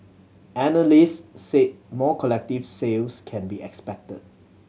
analysts said more collective sales can be expected